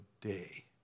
day